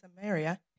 samaria